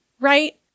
right